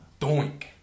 doink